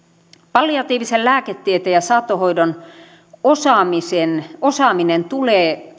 palliatiivisen lääketieteen ja saattohoidon osaaminen osaaminen tulee